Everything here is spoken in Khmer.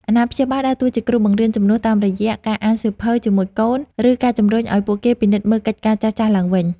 អាណាព្យាបាលដើរតួជាគ្រូបង្រៀនជំនួយតាមរយៈការអានសៀវភៅជាមួយកូន ឬការជំរុញឱ្យពួកគេពិនិត្យមើលកិច្ចការចាស់ៗឡើងវិញ។